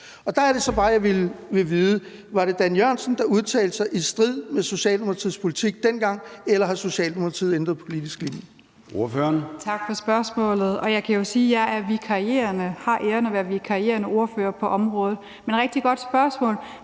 og der er det så bare, jeg vil vide: Var det Dan Jørgensen, der udtalte sig i strid med Socialdemokratiets politik dengang, eller har Socialdemokratiet ændret politisk linje?